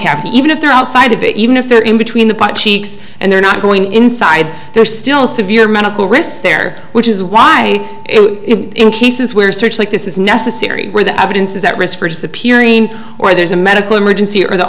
to even if they're outside of it even if they're in between the part cheeks and they're not going inside they're still severe medical risks there which is why in cases where search like this is necessary where the evidence is at risk for disappearing or there's a medical emergency or the